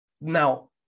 Now